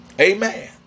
Amen